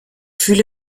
fühle